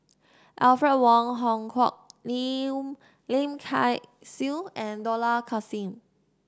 Alfred Wong Hong Kwok Liu Lim Kay Siu and Dollah Kassim